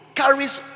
carries